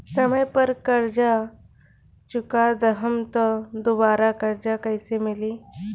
समय पर कर्जा चुका दहम त दुबाराकर्जा कइसे मिली?